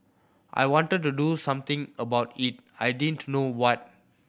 I wanted to do something about it I didn't know what